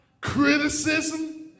criticism